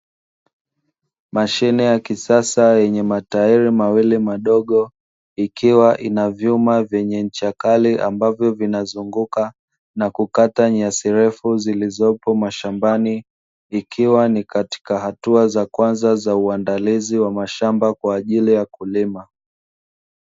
Mashine ya kisasa yenye matairi mawili madogo ikiwa ina vyuma vyenye ncha kali ambavyo vinazunguka, na kukata nyasi ndefu zilizopo mashambani, ikiwa ni katika hatua za kwanza uandalizi wa mashamba kwajili ya kulima.